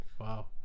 Wow